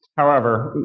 however,